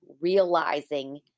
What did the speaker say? realizing